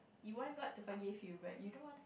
you want god to forgive you but you don't want